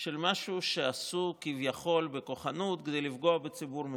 של משהו שעשו כביכול בכוחנות כדי לפגוע בציבור מסוים.